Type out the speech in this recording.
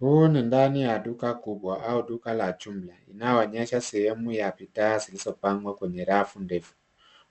Huu ni ndani ya duka kubwa au duka la jumla inayoonyesha sehemu ya bidhaa zilizopangwa kwenye rafu ndefu.